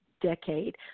Decade